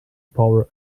power